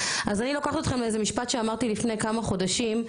אז אני לוקחת אתכם לאיזה משפט שאמרתי לפני כמה חודשים,